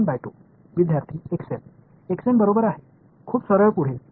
எனவே இந்த முழு விஷயத்தையும் நான் இவ்வாறு எழுத முடியும் எனவே நான் ஒரு h பொதுவானதை எடுக்க முடியும்